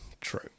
True